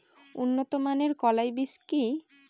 উন্নত মানের কলাই বীজ কি?